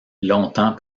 longtemps